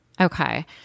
Okay